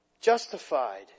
justified